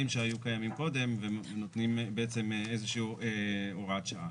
שהיו קיימים קודם ונותנים איזה שהיא הוראת שעה.